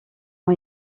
ont